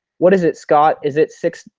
what is it scott? is it six